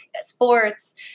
sports